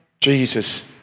Jesus